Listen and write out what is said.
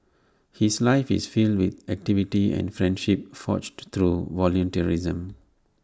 his life is filled with activity and friendships forged through volunteerism